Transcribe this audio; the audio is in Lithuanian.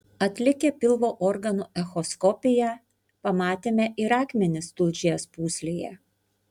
atlikę pilvo organų echoskopiją pamatėme ir akmenis tulžies pūslėje